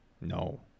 No